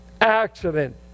accident